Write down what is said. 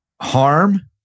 harm